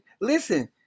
listen